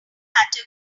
matter